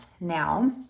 now